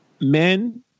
Men